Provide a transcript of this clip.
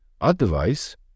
Otherwise